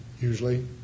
usually